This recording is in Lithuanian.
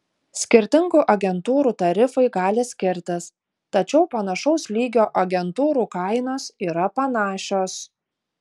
skirtingų agentūrų tarifai gali skirtis tačiau panašaus lygio agentūrų kainos yra panašios